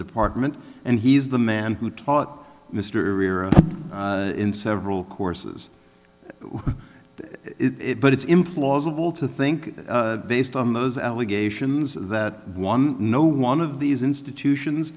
department and he is the man who taught mister in several courses with it but it's implausible to think that based on those allegations that one no one of these institutions